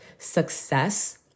success